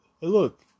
look